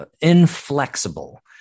inflexible